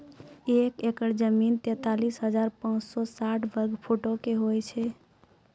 एक एकड़ जमीन, तैंतालीस हजार पांच सौ साठ वर्ग फुटो के होय छै